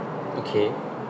okay